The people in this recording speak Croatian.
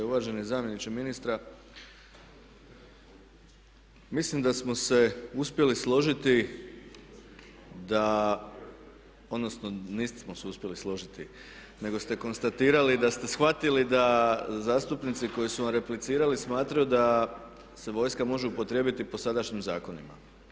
Uvaženi zamjeniče ministra, mislim da smo se uspjeli složiti da, odnosno nismo se uspjeli složiti, nego ste konstatirali da ste shvatili da zastupnici koji su vam replicirali smatraju da se vojska može upotrijebiti po sadašnjim zakonima.